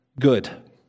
good